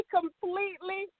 completely